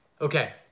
Okay